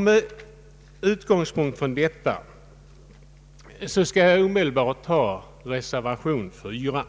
Med utgångspunkt i detta skall jag kommentera reservation 4